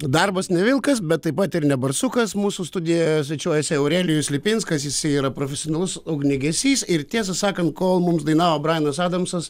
darbas ne vilkas bet taip pat ir ne barsukas mūsų studijoje svečiuojasi aurelijus lipinskas jisai yra profesionalus ugniagesys ir tiesą sakant kol mums dainavo brainas adamsas